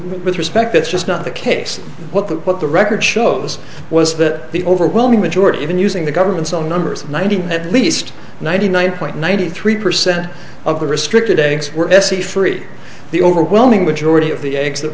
with respect that's just not the case what that what the record shows was that the overwhelming majority even using the government's own numbers ninety at least ninety nine point nine hundred three percent of the restricted a were se free the overwhelming majority of the e